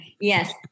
yes